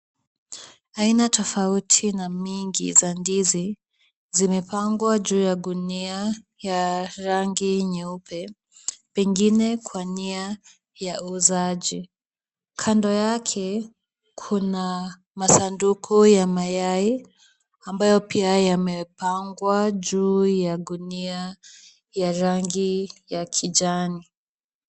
Aina tafauti na mingi za ndizi zimepangwa juu ya ngunia ya rangi nyeupe, pengine kwa nia ya uuzaji. Kando yake kuna masanduki ya mayai amabayo pia yamepangwa juu ya ngunia ya rangi ya kijani.